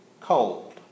cold